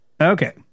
Okay